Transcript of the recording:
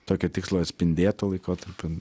tokio tikslo atspindėt to laikotarpio